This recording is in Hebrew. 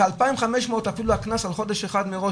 את האלפים חמש מאות אפילו הקנס על חודש אחד מראש,